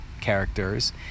characters